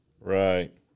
Right